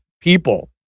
people